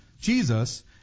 Jesus